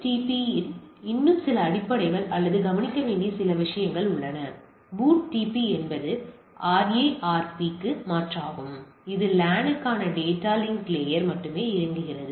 எனவே BOOTP இல் இன்னும் சில அடிப்படைகள் அல்லது கவனிக்க வேண்டிய சில விஷயங்கள் உள்ளன BOOTP என்பது RARP க்கு மாற்றாகும் இது LAN க்கான டேட்டா லிங்க் லாயர் மட்டுமே இயங்குகிறது